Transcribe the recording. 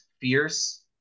fierce